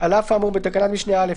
על אף האמור בתקנת משנה (א),